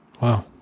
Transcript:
wow